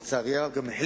לצערי הרב גם,